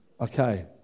Okay